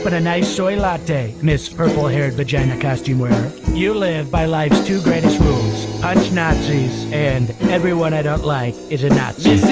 but a nice soy latte miss purple haired vagina casting where you live by life's too greatest rules punch nazis and everyone, i don't like it president